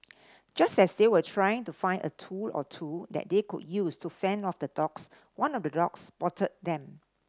just as they were trying to find a tool or two that they could use to fend off the dogs one of the dogs spotted them